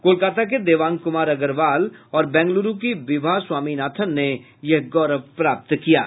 कोलकाता के देवांग कुमार अग्रवाल और बेंगलुरू की विभा स्वामीनाथन ने यह गौरव प्राप्त किया है